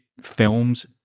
films